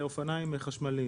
לאופניים חשמליים.